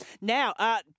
Now